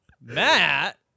Matt